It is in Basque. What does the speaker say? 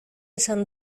esan